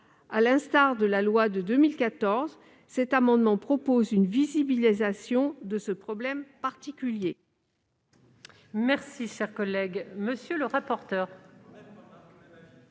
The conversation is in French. À l'instar de la loi de 2014, cet amendement vise à assurer une visibilisation de ce problème particulier.